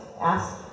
ask